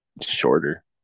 shorter